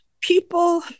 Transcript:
people